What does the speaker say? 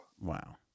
wow